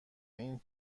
این